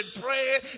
praying